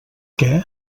què